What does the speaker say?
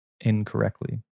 incorrectly